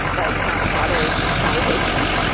like, founding fathers conversations.